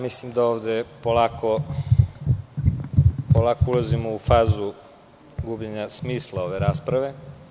Mislim da ovde polako ulazimo u fazu gubljenja smisla ove rasprave.